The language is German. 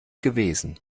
gewesen